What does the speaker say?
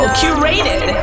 curated